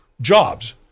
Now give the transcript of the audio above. jobs